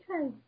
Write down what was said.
Okay